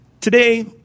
today